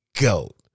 goat